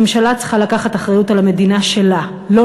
ממשלה צריכה לקחת אחריות על המדינה שלה ולא